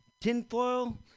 tinfoil